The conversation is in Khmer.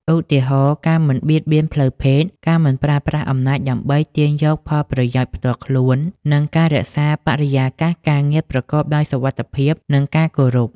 ឧទាហរណ៍ ការមិនបៀតបៀនផ្លូវភេទ ការមិនប្រើប្រាស់អំណាចដើម្បីទាញយកផលប្រយោជន៍ផ្ទាល់ខ្លួន និងការរក្សាបរិយាកាសការងារប្រកបដោយសុវត្ថិភាព និងការគោរព។